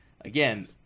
again